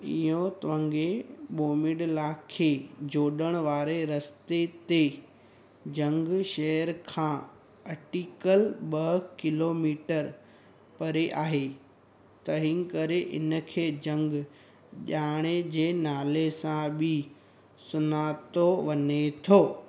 इहो तवंग ऐं बोमडिला खे जोॾण वारे रस्ते ते जंग शहर खां अटिकल ॿ किलोमीटर परे आहे तंहिं करे इनखे जंग ॼाणे जे नाले सां बि सुञातो वञे थो